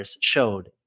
showed